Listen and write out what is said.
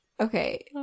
okay